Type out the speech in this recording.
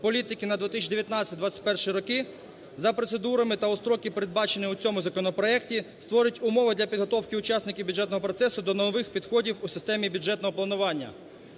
політики на 2019-2021 роки за процедурами та у строки, передбачені у цьому законопроекті, створить умови для підготовки учасників бюджетного процесу до нових підходів у системі бюджетного планування.